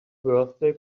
birthday